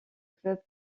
club